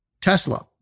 Tesla